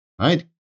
right